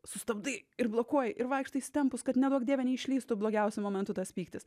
sustabdai ir blokuoji ir vaikštai įsitempus kad neduok dieve neišlįstų blogiausiu momentu tas pyktis